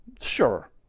Sure